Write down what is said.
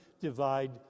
divide